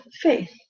faith